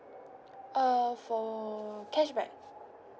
uh for cashback